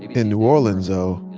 in new orleans, though,